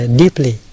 deeply